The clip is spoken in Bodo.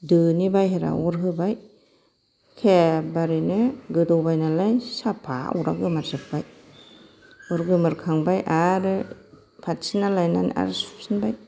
दोनि बाइहेरा अर होबाय खेबबारेनो गोदौबाय नालाय साफा अरा गोमोरजोब्बाय अर गोमोरखांबाय आरो पाथिसिना लायनानै आर सुफिनबाय